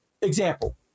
example